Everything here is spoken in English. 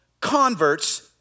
converts